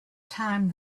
time